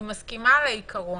מסכימה על העיקרון.